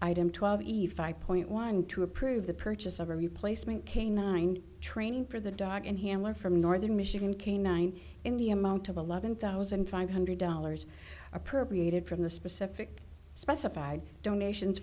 item twelve eve five point one to approve the purchase of a replacement canine training for the dog and handler from northern michigan canine in the amount of eleven thousand five hundred dollars appropriated from the specific specified donations